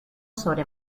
sobre